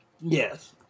Yes